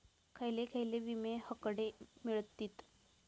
खयले खयले विमे हकडे मिळतीत?